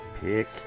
Pick